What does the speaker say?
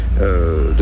de